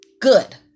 good